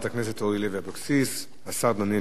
השר דניאל הרשקוביץ ישיב למציעים.